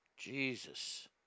Jesus